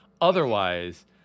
Otherwise